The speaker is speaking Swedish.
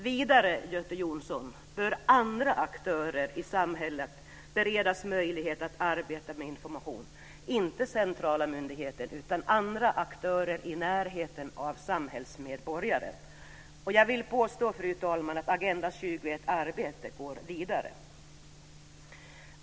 Vidare, Göte Jonsson, bör andra aktörer i samhället beredas möjlighet att arbeta med information - inte centrala myndigheter utan andra aktörer i närheten av samhällsmedborgaren. Fru talman! Jag vill påstå att Agenda 21-arbetet går vidare.